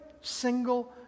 single